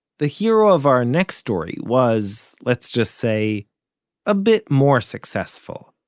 the hero of our next story was let's just say a bit more successful.